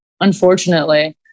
unfortunately